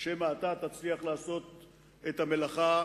שמא אתה תצליח לעשות את המלאכה